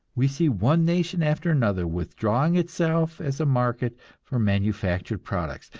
we see one nation after another withdrawing itself as a market for manufactured products,